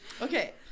Okay